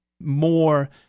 more